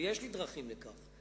ויש לי דרכים לכך.